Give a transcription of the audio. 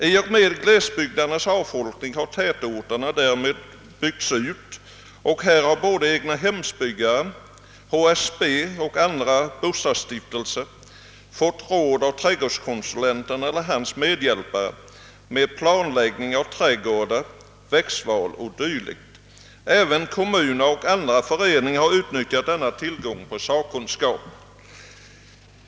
I och med glesbygdernas avfolkning har tätorterna byggts ut och här har både egnahemsbyggare, HSB och andra bostadsstiftelser fått råd av trädgårdskonsulenten eller dennes medhjälpare beträffande planläggning av trädgårdar, växtval och dylikt. även kommuner och andra föreningar har utnyttjat denna tillgång till sakkunskap.